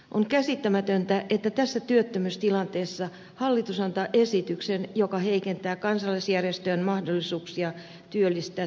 on käsittämätöntä että tässä työttömyystilanteessa hallitus antaa esityksen joka heikentää kansalaisjärjestöjen mahdollisuuksia työllistää työttömiä